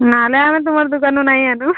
ନହେଲେ ଆମେ ତୁମର ଦୋକାନରୁ ନାଇଁ ଆଣିବୁ